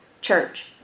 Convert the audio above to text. church